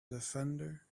defender